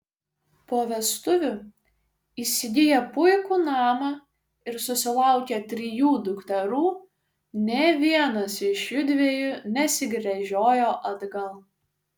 po vestuvių įsigiję puikų namą ir susilaukę trijų dukterų nė vienas iš jųdviejų nesigręžiojo atgal